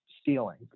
stealing